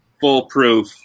foolproof